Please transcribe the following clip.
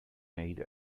made